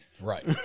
Right